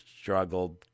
struggled